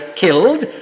killed